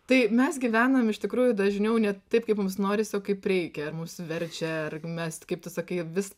tai mes gyvenam iš tikrųjų dažniau ne taip kaip mums norisi o kaip reikia mus verčia mes kaip tu sakai vis